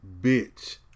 bitch